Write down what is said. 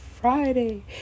Friday